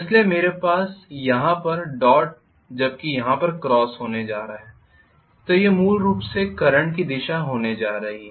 इसलिए मेरे पास यहाँ पर डॉट जबकि यहाँ पर क्रॉस होने जा रहा है तो यह मूल रूप से करंट की दिशा होने जा रही है